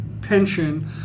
pension